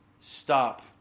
stop